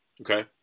Okay